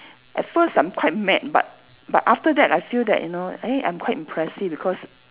at first I'm quite mad but but after that I feel that you know eh I'm quite impressive because